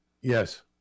Yes